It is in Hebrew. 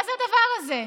מה זה הדבר הזה?